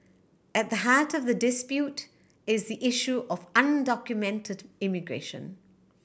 at the heart of the dispute is issue of undocumented immigration